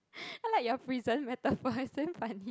I like your prison metaphor it's damn funny